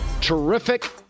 terrific